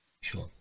Sure